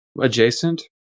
adjacent